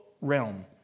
realm